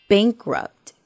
Bankrupt